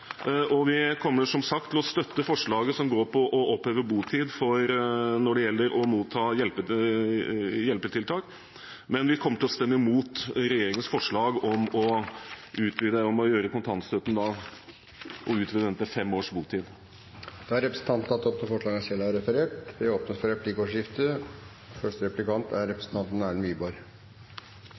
og vi kommer som sagt til å støtte forslaget som går på å oppheve botidskrav når det gjelder å motta hjelpetiltak, men vi kommer til å stemme imot regjeringens forslag om å innføre et botidskrav på fem år for kontantstøtten. Representanten Geir Jørgen Bekkevold har tatt opp det forslaget han refererte til. Det blir replikkordskifte. Det begynner å bli sent på kvelden, eller det er